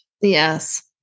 Yes